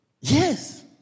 Yes